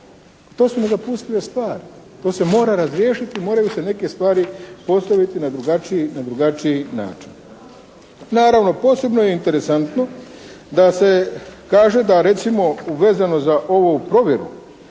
To su nedopustive stvari. To se mora razriješiti, moraju se neke stvari postaviti na drugačiji način. Naravno posebno je interesantno da se kaže da recimo vezano za ovu provjeru